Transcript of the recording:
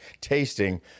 tasting